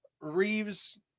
reeves